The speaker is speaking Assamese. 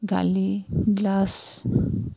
গালি গালাজ